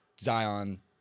Zion